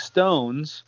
Stones